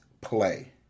play